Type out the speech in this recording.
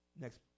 Next